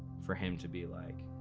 for him to be like,